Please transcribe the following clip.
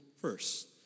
first